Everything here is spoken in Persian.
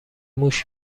موش